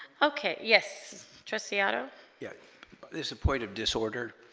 okay yes trustee otto yes there's a point of disorder